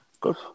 Good